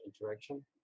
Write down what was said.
interaction